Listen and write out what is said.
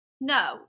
No